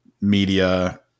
media